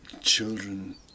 children